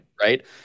Right